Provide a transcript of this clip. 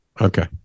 Okay